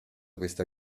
questa